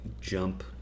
Jump